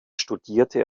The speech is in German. studierte